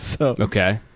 Okay